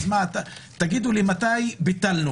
אז תגידו לי, מתי ביטלנו?